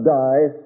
die